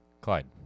Clyde